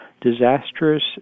disastrous